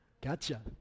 Gotcha